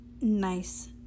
nice